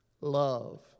love